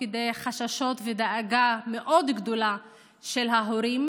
כדי חששות ודאגה מאוד גדולה של ההורים